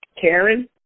Karen